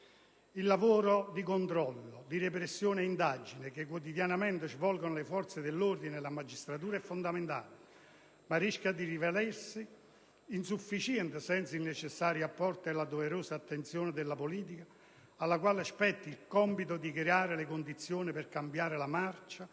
Il lavoro di controllo, repressione e indagine che quotidianamente svolgono le forze dell'ordine e la magistratura è fondamentale, ma rischia di rivelarsi insufficiente senza il necessario apporto e la doverosa attenzione della politica, alla quale spetta il compito di creare le condizioni per cambiare la marcia